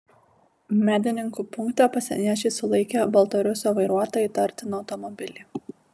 medininkų punkte pasieniečiai sulaikė baltarusio vairuotą įtartiną automobilį